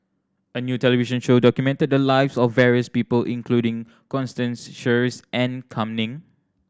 a new television show documented the lives of various people including Constance Sheares and Kam Ning